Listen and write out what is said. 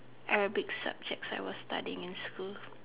Arabic subjects I was studying in school